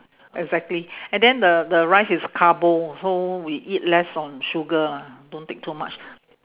exactly and then the the rice is carbo so we eat less on sugar ah don't take too much